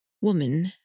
woman